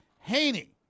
Haney